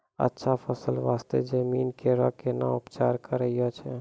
अच्छा फसल बास्ते जमीन कऽ कै ना उपचार करैय छै